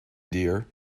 dear